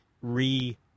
re-